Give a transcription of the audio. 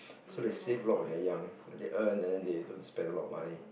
so they save a lot when they're young and they earn and then they don't spend a lot of money